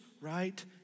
right